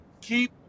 keep